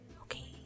Okay